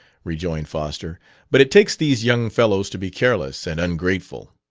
rejoined foster but it takes these young fellows to be careless and ungrateful.